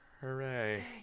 Hooray